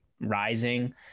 rising